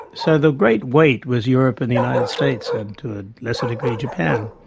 so the great weight was europe and the united states and, to a lesser degree, japan.